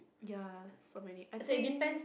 ya so many I think